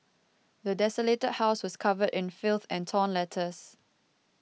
the desolated house was covered in filth and torn letters